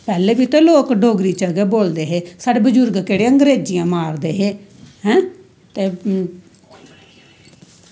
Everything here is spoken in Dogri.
पैह्लै बी ते लोग डोगरी चैं गै बोलदे हे साढ़े बजुर्ग केह्ड़ियां अंग्रेजियां मारदे हे हैं ते